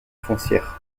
foncière